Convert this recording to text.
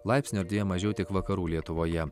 laipsniu ar dviem mažiau tik vakarų lietuvoje